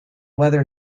weather